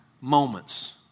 moments